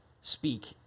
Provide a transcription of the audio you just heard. speak